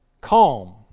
calm